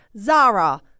zara